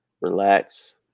relax